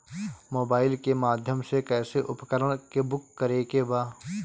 Mobile के माध्यम से कैसे उपकरण के बुक करेके बा?